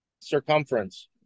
circumference